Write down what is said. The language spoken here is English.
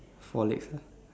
four legs lah